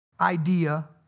idea